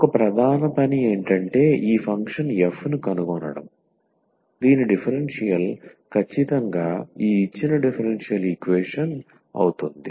ఒక ప్రధాన పని ఏంటంటే ఈ ఫంక్షన్ f ను కనుగొనడం దీని డిఫరెన్షియల్ ఖచ్చితంగా ఈ ఇచ్చిన డిఫరెన్షియల్ ఈక్వేషన్ అవుతుంది